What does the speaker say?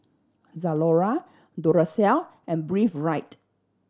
Zalora Duracell and Breathe Right